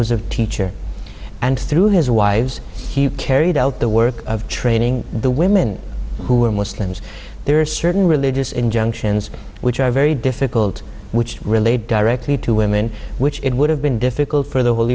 was a teacher and through his wives he carried out the work of training the women who were muslims there are certain religious injunctions which very difficult which relate directly to women which it would have been difficult for the hol